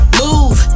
move